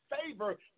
favor